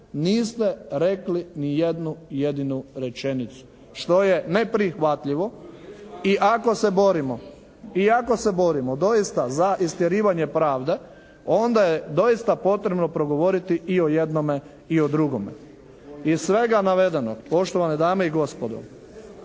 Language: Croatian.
niste rekli ni jednu jedinu rečenicu, što je neprihvatljivo. I ako se borimo, i ako se borimo doista za istjerivanje pravde onda je doista potrebno progovoriti i o jednom i o drugome. Iz svega navedenog poštovane dame i gospodo,